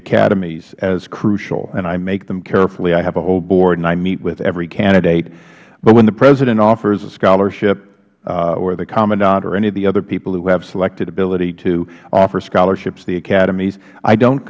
academies as crucial and i make them carefully i have a whole board and i meet with every candidate but when the president offers a scholarship or the commandant or any of the other people who have selected ability to offer scholarships to the academies i don't